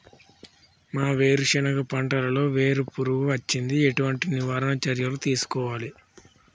మా వేరుశెనగ పంటలలో వేరు పురుగు వచ్చింది? ఎటువంటి నివారణ చర్యలు తీసుకోవాలే?